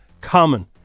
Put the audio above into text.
common